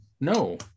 No